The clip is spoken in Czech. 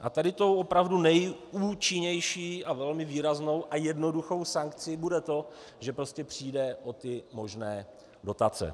A tady tou opravdu nejúčinnější, velmi výraznou a jednoduchou sankcí bude to, že prostě přijde o možné dotace.